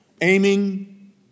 aiming